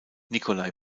nikolai